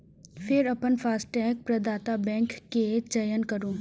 फेर अपन फास्टैग प्रदाता बैंक के चयन करू